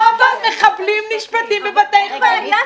הרי רוב המחבלים נשפטים בבתי משפט צבאיים.